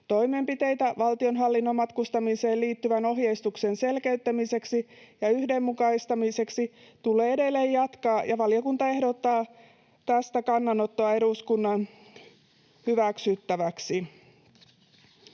Toimenpiteitä valtionhallinnon matkustamiseen liittyvän ohjeistuksen selkeyttämiseksi ja yhdenmukaistamiseksi tulee edelleen jatkaa, ja valiokunta ehdottaa tästä kannanottoa eduskunnan hyväksyttäväksi.